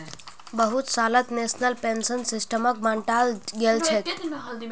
बहुत सालत national pension सिस्टमक बंटाल गेलछेक